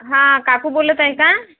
हां काकू बोलत आहे का